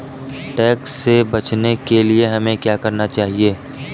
Tax से बचने के लिए हमें क्या करना चाहिए?